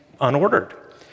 unordered